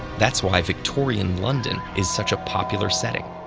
that's why victorian london is such a popular setting.